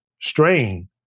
strain